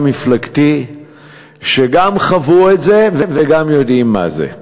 מפלגתי שגם חוו את זה וגם יודעים מה זה.